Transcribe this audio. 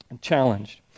challenged